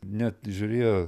net žiūrėjo